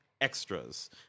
extras